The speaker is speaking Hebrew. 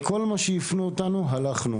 לכל מה שהפנו אותנו הלכנו